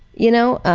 you know,